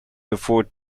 afford